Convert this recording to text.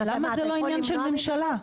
למה זה לא עניין של ממשלה?